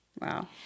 Wow